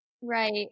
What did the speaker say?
right